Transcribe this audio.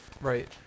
Right